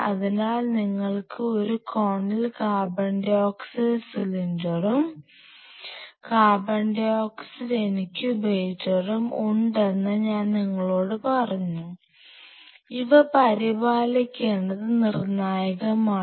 അതിനാൽ നിങ്ങൾക്ക് ഒരു കോണിൽ CO2 സിലിണ്ടറും CO2 ഇൻകുബേറ്ററും ഉണ്ടെന്ന് ഞാൻ നിങ്ങളോട് പറഞ്ഞു ഇവ പരിപാലിക്കേണ്ടത് നിർണായകമാണ്